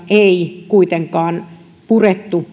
ei kuitenkaan purettu